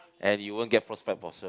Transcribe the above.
and you won't get frost-bite for sure